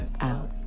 out